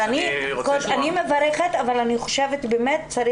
אז אני מברכת, אבל אני חושבת שצריך.